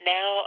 Now